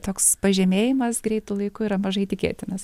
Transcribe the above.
toks pažemėjimas greitu laiku yra mažai tikėtinas